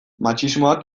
matxismoak